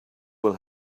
will